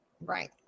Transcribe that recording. right